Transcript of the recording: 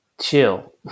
chill